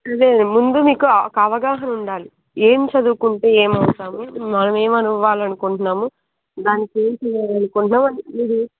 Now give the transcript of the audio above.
లేదు ముందు మీకు ఒక అవగాహన ఉండాలి ఏం చదువుకుంటే ఏం అవుతాము మనం ఏం అవ్వాలి అనుకుంటున్నాము దానికి ఏం చెయ్యాలి అనుకుంటున్నాము అది